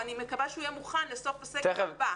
אני מקווה שהוא יהיה מוכן לסוף הסגר הבא.